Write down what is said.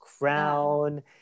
crown